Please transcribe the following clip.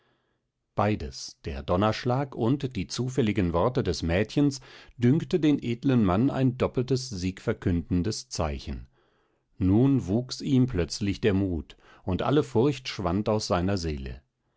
beides der donnerschlag und die zufälligen worte des mädchens dünkte den edlen mann ein doppeltes siegverkündendes zeichen nun wuchs ihm plötzlich der mut und alle furcht schwand aus seiner seele